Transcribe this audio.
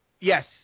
Yes